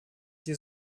die